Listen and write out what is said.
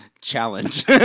Challenge